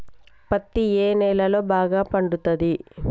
పత్తి ఏ నేలల్లో బాగా పండుతది?